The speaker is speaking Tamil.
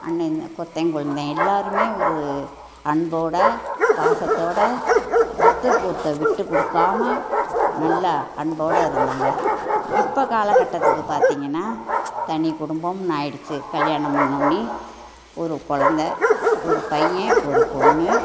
கொத்தன் கொழுந்தன் எல்லாருமே ஒரு அன்போடய பாசத்தோடய ஒருத்தருக்கு ஒருத்தர் விட்டுக் கொடுக்காமல் நல்லா அன்போடு இருந்தோங்க இப்போ காலகட்டத்துக்கு பார்த்தீங்கன்னா தனி குடும்பம்ன்னு ஆகிடுச்சு கல்யாணம் பண்ண உடனே ஒரு குழந்தை ஒரு பையன் ஒரு பொண்ணு